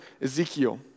Ezekiel